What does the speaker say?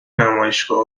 نمایشگاه